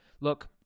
look